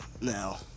now